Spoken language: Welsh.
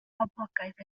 poblogaidd